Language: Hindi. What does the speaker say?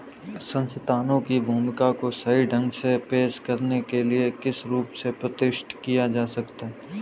संस्थानों की भूमिका को सही ढंग से पेश करने के लिए किस रूप से प्रतिष्ठित किया जा सकता है?